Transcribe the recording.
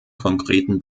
konkreten